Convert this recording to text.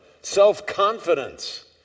self-confidence